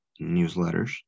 newsletters